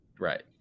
Right